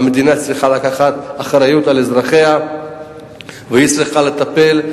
המדינה צריכה לקחת אחריות לאזרחיה והיא צריכה לטפל.